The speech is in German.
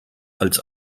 als